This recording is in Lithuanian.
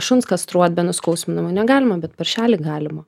šuns kastruot be nuskausminimo negalima bet paršelį galima